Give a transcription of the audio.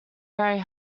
very